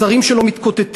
השרים שלו מתקוטטים,